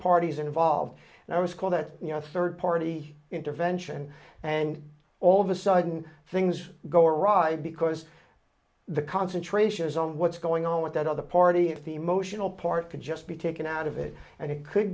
parties involved and i was called that third party intervention and all of a sudden things go awry because the concentration is on what's going on with that other party if the emotional part could just be taken out of it and it could